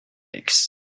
aches